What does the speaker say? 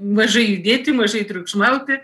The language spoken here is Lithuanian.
mažai judėti mažai triukšmauti